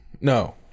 no